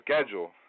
schedule